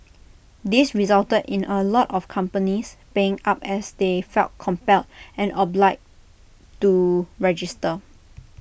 this resulted in A lot of companies paying up as they felt compelled and obliged to register